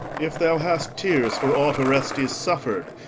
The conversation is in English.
if thou hast tears for aught orestes suffered,